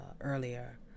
earlier